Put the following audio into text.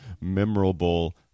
memorable